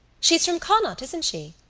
she's from connacht, isn't she?